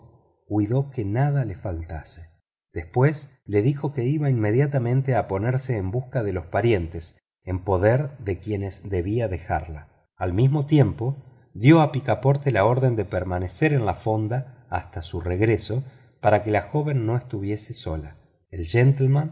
cuidó que nada le faltase después le dijo que iba inmediatamente a ponerse en busca de los parientes en poder de quienes debía dejarla al mismo tiempo dio a picaporte la orden de permanecer en el hotel hasta su regreso para que la joven no estuviese sola el